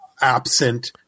absent